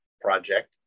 Project